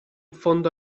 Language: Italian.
fondo